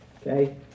Okay